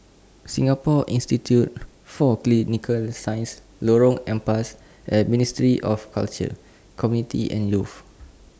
Singapore Institute For Clinical Sciences Lorong Ampas and Ministry of Culture Community and Youth